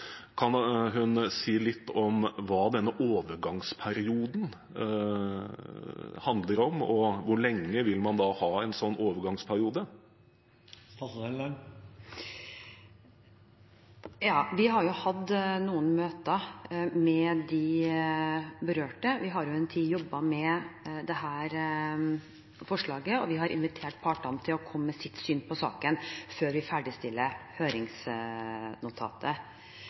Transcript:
Kan hun si litt om hva denne overgangsperioden handler om? Og hvor lenge vil man ha en slik overgangsperiode? Vi har hatt noen møter med de berørte – vi har jo jobbet en tid med dette forslaget – og vi har invitert partene til å komme med sitt syn på saken før vi ferdigstiller høringsnotatet.